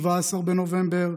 17 בנובמבר,